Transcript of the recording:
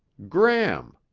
gram,